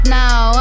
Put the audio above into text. now